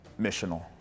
missional